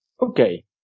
Okay